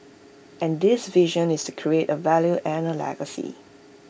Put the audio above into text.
and this vision is to create A value and A legacy